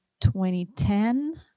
2010